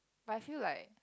but I feel like